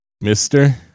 mister